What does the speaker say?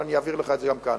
ואני אעביר לך את זה גם כאן,